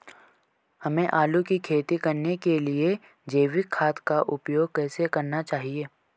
हमें आलू की खेती करने के लिए जैविक खाद का उपयोग कैसे करना चाहिए?